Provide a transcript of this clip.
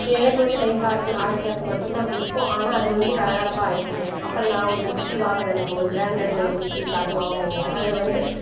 இப்போ எனக்கு வந்து நைஸ் ஆட்டினா அரைக்கிறது மட்டும்தான் பிடிக்கும் ஆனால் அது வந்து கர கரப்பாக அரைக்குங்க அப்புறோம் நான் ஒரு மிக்ஸி வாங்கினேனுங்க ஒரு பிராண்டடு மிக்ஸி பார்த்து வாங்கினேனுங்க அதில் வந்து